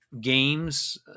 games